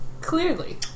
Clearly